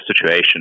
situation